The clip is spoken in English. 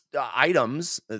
items